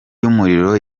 y’umuriro